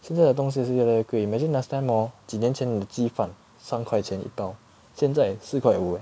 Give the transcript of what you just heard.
现在的东西是越来越贵 imagine last time orh 几年前鸡饭三块钱一包现在四块五 eh